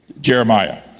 Jeremiah